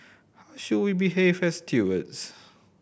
how should behave stewards